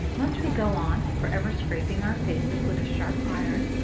must we go on for ever scraping our faces with a sharp iron,